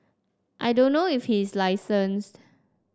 I don't know if he is licensed